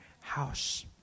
house